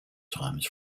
times